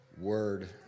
word